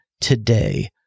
today